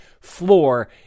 floor